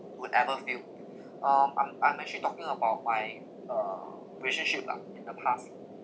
would ever feel um I'm I'm actually talking about my uh relationship lah in the past